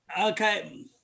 Okay